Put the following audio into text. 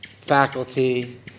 faculty